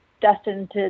destined